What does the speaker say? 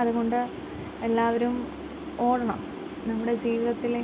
അതുകൊണ്ട് എല്ലാവരും ഓടണം നമ്മുടെ ജീവിതത്തിലെ